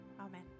Amen